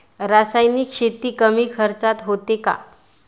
रासायनिक शेती कमी खर्चात होते का?